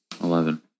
Eleven